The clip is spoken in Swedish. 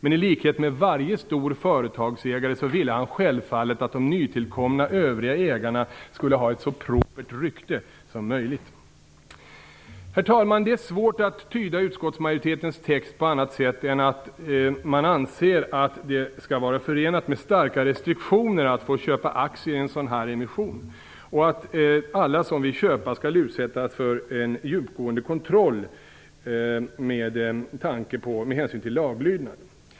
Men i likhet med varje stor företagsägare ville han självfallet att de nytillkomna övriga ägarna skulle ha ett så propert rykte som möjligt. Herr talman! Det är svårt att tyda utskottsmajoritetens text på annat sätt än så, att man anser att det skall vara förenat med starka restriktioner att få köpa aktier i en sådan här emission och att alla som vill köpa skall utsättas för en djupgående kontroll med avseende på laglydnad.